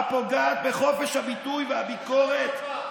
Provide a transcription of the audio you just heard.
הפוגעת בחופש הביטוי והביקורת, בושה וחרפה.